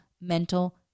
mental